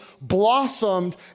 blossomed